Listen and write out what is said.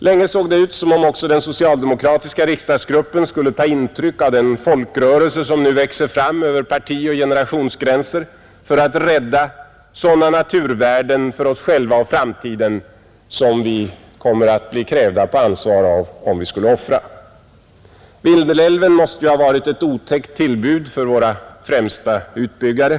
Länge såg det ut som om också den socialdemokratiska riksdagsgruppen skulle ta intryck av den folkrörelse som nu växer fram över partioch generationsgränser för att rädda sådana naturvärden för oss själva och framtiden som vi kommer att bli avkrävda ansvar för, om vi skulle offra dem, Vindelälven måste ha varit ett otäckt tillbud för våra främsta utbyggare.